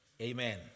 Amen